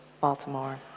Baltimore